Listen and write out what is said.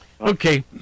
Okay